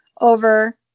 over